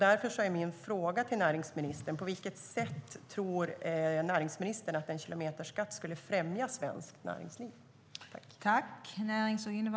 Därför är min fråga till näringsministern: På vilket sätt tror näringsministern att en kilometerskatt skulle främja svenskt näringsliv?